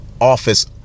office